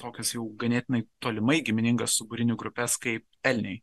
tokius jau ganėtinai tolimai giminingas stuburinių grupes kaip elniai